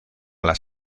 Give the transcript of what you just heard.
las